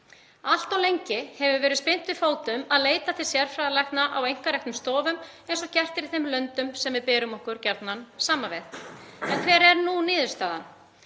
Allt of lengi hefur verið spyrnt við fótum við að leita til sérfræðilækna á einkareknum stofum eins og gert er í þeim löndum sem við berum okkur gjarnan saman við. Hver er nú niðurstaðan?